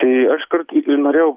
tai aš kartai ir norėjau